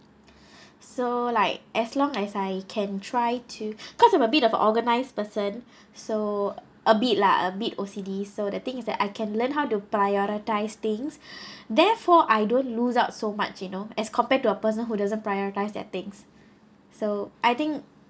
so like as long as I can try to because I'm a bit of organized person so a bit lah a bit O_C_D's so the thing is that I can learn how to prioritise things therefore I don't lose out so much you know as compared to a person who doesn't prioritize their things so I think